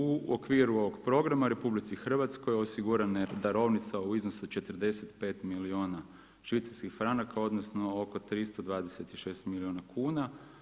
U okviru ovog programa RH, osigurana je darovnica u iznosu od 45 milijuna švicarskih franaka, odnosno oko 326 milijuna kuna.